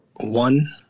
One